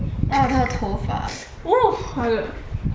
uh 她的头发